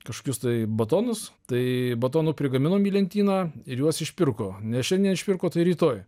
kažkokius tai batonus tai batonų prigaminom į lentyną ir juos išpirko nes šiandien išpirko tai rytoj